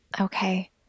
Okay